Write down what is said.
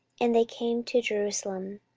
and they came to jerusalem.